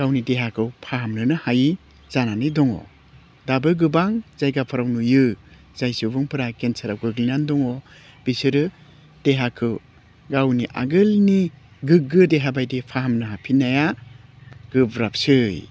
गावनि देहाखौ फाहामनोनो हायि जानानै दङ दाबो गोबां जायगाफ्राव नुयो जाय सुबुंफ्रा केन्सार बेरामाव गोग्लैनानै दङ बिसोरो देहाखौ गावनि आगोलनि गोग्गो देहाबायदि फाहामनो हाफिन्नाया गोब्राबसै